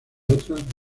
otras